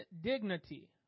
dignity